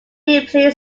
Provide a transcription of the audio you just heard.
deeply